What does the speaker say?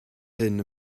hyn